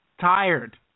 Tired